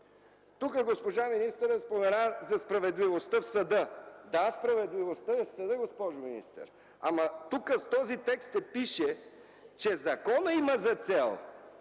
Госпожа министърът спомена за справедливостта в съда. Да, справедливостта е в съда, госпожо министър. В този текст пише, че законът има за цел.